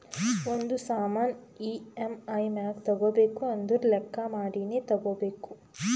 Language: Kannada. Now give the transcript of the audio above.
ಒಂದ್ ಸಾಮಾನ್ ಇ.ಎಮ್.ಐ ಮ್ಯಾಲ ತಗೋಬೇಕು ಅಂದುರ್ ಲೆಕ್ಕಾ ಮಾಡಿನೇ ತಗೋಬೇಕು